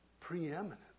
Preeminent